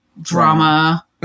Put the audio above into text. drama